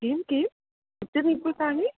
किं किं कति रूप्यकाणि